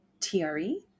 TRE